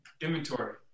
inventory